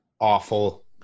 awful